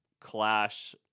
Clash